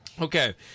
Okay